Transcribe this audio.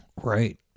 Right